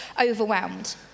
overwhelmed